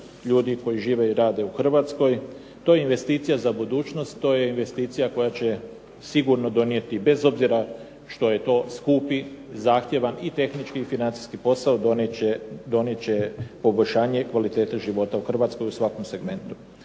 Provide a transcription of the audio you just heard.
ljudi koji žive i rade u Hrvatskoj, to je investicija za budućnost, to je investicija koja će sigurno donijeti bez obzira što je to skupi, zahtjevan i tehnički i financijski posao donijet će poboljšanje kvalitete života u Hrvatskoj u svakom segmentu.